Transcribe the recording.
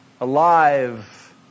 Alive